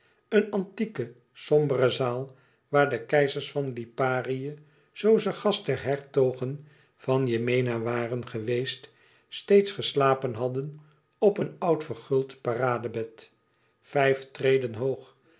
een antieke sombere zaal waar de keizers van liparië zoo ze gast der hertogen van yemena waren geweest steeds geslapen hadden op een oud verguld paradebed vijf treden hoog